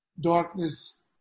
darkness